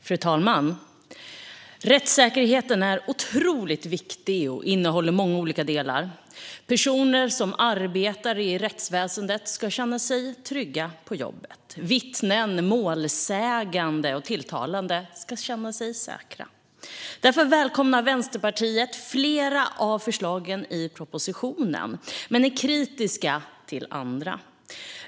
Fru talman! Rättssäkerheten är otroligt viktig och innehåller många olika delar. Personer som arbetar i rättsväsendet ska känna sig trygga på jobbet. Vittnen, målsägande och tilltalade ska känna sig säkra. Därför välkomnar Vänsterpartiet flera av förslagen i propositionen, men vi är kritiska till andra.